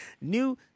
New